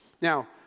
Now